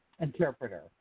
interpreter